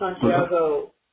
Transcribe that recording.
Santiago